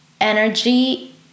energy